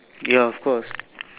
ya of course